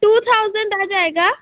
to thousand आ जाएगा